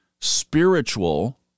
spiritual